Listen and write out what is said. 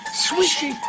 swishy